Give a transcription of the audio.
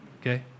okay